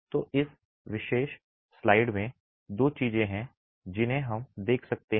तो इस विशेष स्लाइड में दो चीजें हैं जिन्हें हम देख सकते हैं